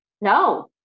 No